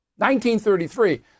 1933